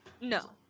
No